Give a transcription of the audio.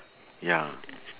ya